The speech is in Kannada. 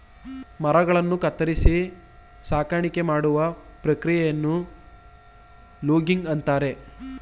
ಮರಗಳನ್ನು ಕತ್ತರಿಸಿ ಸಾಗಾಣಿಕೆ ಮಾಡುವ ಪ್ರಕ್ರಿಯೆಯನ್ನು ಲೂಗಿಂಗ್ ಅಂತರೆ